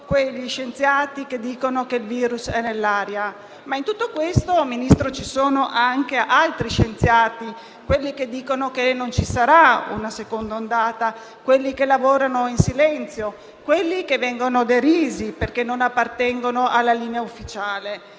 quegli scienziati che dicono che il virus è nell'aria? Ma in tutto questo, Ministro, ci sono anche altri scienziati, quelli che dicono che non ci sarà una seconda ondata, quelli che lavorano in silenzio, quelli che vengono derisi perché non appartengono alla linea ufficiale.